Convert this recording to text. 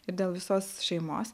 ir dėl visos šeimos